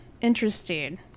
Interesting